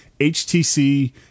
HTC